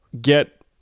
get